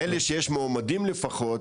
אלה שיש מעומדים לפחות,